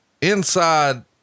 inside